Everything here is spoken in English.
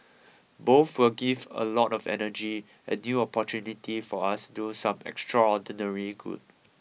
both will give a lot of energy and new opportunity for us do some extraordinary good